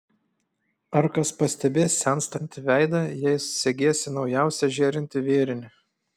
ar kas pastebės senstantį veidą jei segėsi naujausią žėrintį vėrinį